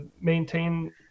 maintain